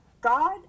God